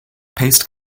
paste